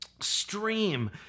stream